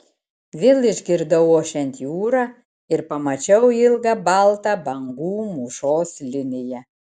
vėl išgirdau ošiant jūrą ir pamačiau ilgą baltą bangų mūšos liniją